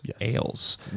ales